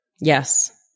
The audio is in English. Yes